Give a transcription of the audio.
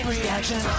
reaction